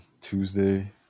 Tuesday